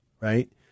right